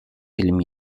film